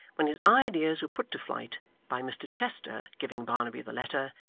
when his ideas were put to flight by mr chester giving barnaby the letter,